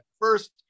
first